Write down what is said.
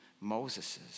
Moses's